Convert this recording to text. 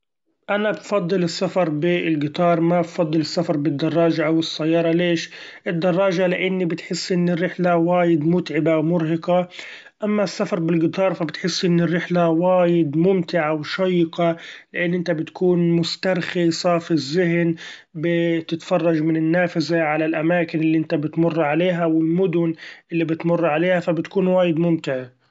أنا بفضل السفر بالقطار ما بفضل السفر بالدراچة أو السيارة ليش؟ الدراچة لإني بتحس إن الرحلة وايد متعبة ومرهقة ، اما السفر بالقطار ف بتحس إنه رحلة وايد ممتعة وشيقة، إن إنت بتكون مسترخي صافي الذهن بتتفرچ من النافذة على الاماكن اللي بتمر عليها والمدن اللي بتمر عليها فبتكون وايد ممتعة.